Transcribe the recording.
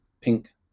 pink